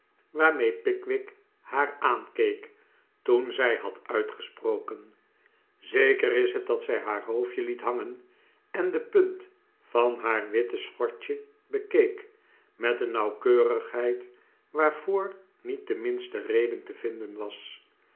waarmee pickwick haar aankeek toen zij had uitgesprokenj zeker is het dat zij haar hoofdje liet hangen en de punt van haar witte schortje bekeek met een nauwkeurigheid waarvoor niet de minste reden te vinden was